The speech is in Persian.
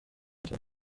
کرد